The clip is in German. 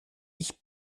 ich